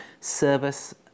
service